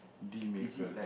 deal maker